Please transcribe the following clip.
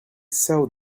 saw